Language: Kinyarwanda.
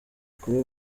kuba